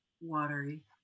watery